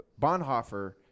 Bonhoeffer